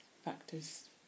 factors